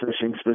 fishing